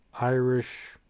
Irish